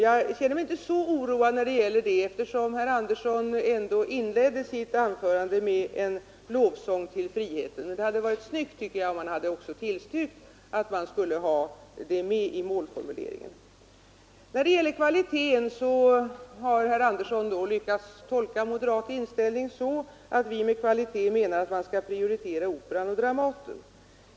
Jag känner mig inte så oroad över den formuleringen, eftersom herr Andersson inledde sitt anförande med en lovsång till friheten. Men det hade varit konsekvent, tycker jag, om han hade tillstyrkt att man också skulle ha med detta i målformuleringen. När det gäller kvaliteten har herr Andersson lyckats tolka den moderata inställningen så att vi med kvalitet menar att Operan och Dramaten skall prioriteras.